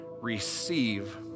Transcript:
receive